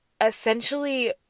essentially